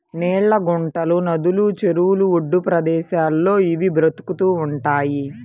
నీళ్ళ గుంటలు, నదులు, చెరువుల ఒడ్డు ప్రదేశాల్లో ఇవి బతుకుతూ ఉంటయ్